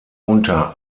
unter